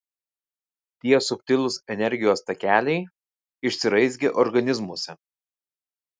tie subtilūs energijos takeliai išsiraizgę organizmuose